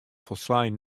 folslein